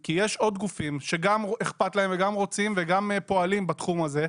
כי יש עוד גופים שגם אכפת להם וגם רוצים וגם פועלים בתחום הזה.